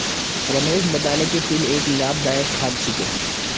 रमेश बताले कि तिल एक लाभदायक खाद्य छिके